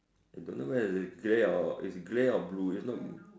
I don't know whether it's grey or it's grey or blue it's not